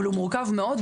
אבל הוא מורכב מאוד,